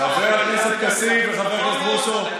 חבר הכנסת כסיף וחבר הכנסת בוסו,